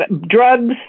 drugs